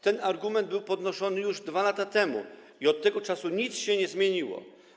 Ten argument był podnoszony już 2 lata temu i od tego czasu nic się nie zmieniło.